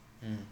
mm